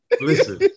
Listen